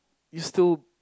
you still